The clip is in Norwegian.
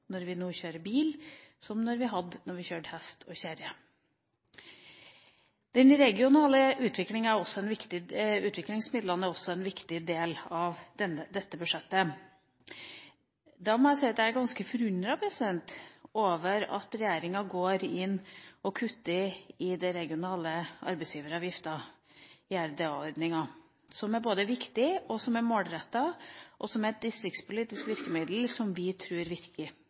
når vi kjører bil, som vi hadde da vi kjørte hest og kjerre. De regionale utviklingsmidlene er også en viktig del av dette budsjettet. Da må jeg si at jeg er ganske forundret over at regjeringa går inn og kutter i den regionale arbeidsgiveravgiften, RDA-ordninga, som er både viktig og målrettet, og som er et distriktspolitisk virkemiddel som vi tror virker.